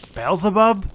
beelzebub,